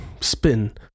spin